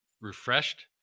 refreshed